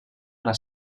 les